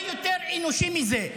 מה יותר אנושי מזה?